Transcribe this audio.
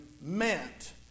meant